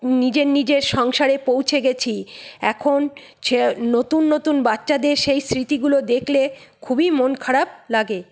নিজের নিজের সংসারে পৌঁছে গেছি এখন নতুন নতুন বাচ্চাদের সেই স্মৃতিগুলো দেখলে খুবই মন খারাপ লাগে